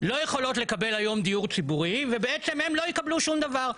לא יכולות לקבל היום דיור ציבורי ובעצם הן לא יקבלו שום דבר.